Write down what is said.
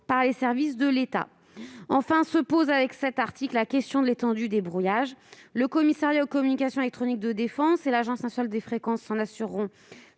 par les services de l'État. » Cet article pose également la question de l'étendue des brouillages. Le Commissariat aux communications électroniques de défense et l'Agence nationale des fréquences s'en assureront